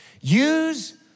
Use